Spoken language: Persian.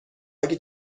اگه